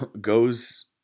goes